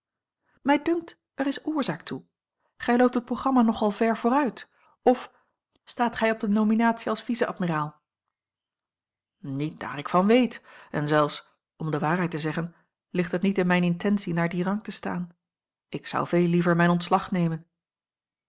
mij dunkt er is oorzaak toe gij loopt het programma nogal ver vooruit of staat gij op de nominatie als vice-admiraal niet daar ik van weet en zelfs om de waarheid te zeggen ligt het niet in mijne intentie naar dien rang te staan ik zou veel liever mijn ontslag nemen